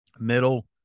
middle